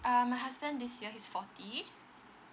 um my husband this year he's forty